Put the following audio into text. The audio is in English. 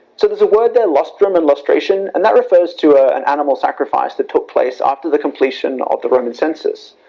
so there is a word there, lustrum, and lustration and that refers to ah an animal sacrifice that took place after the completion of the roman census.